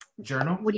journal